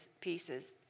pieces